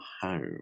Home